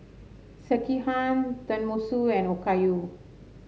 Sekihan Tenmusu and Okayu